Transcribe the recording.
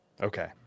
Okay